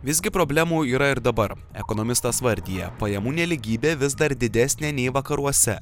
visgi problemų yra ir dabar ekonomistas vardija pajamų nelygybė vis dar didesnė nei vakaruose